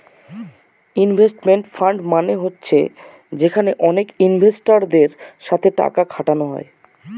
investment fund মানে হচ্ছে যেখানে অনেক ইনভেস্টারদের সাথে টাকা খাটানো হয়